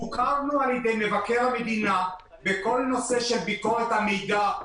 בוקרנו על ידי מבקר המדינה בכל נושא של ביקורת המידע,